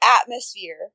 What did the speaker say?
atmosphere